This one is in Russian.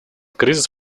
кризис